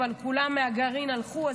אבל כולם מהגרעין הלכו,